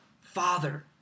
father